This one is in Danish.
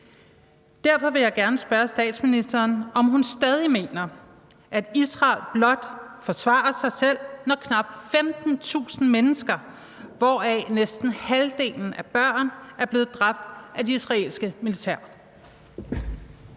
Derfor vil jeg gerne spørge statsministeren, om hun stadig mener, at Israel blot forsvarer sig selv, når knap 15.000 mennesker, hvoraf næsten halvdelen er børn, er blevet dræbt af det israelske militær.